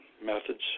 methods